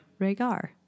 Rhaegar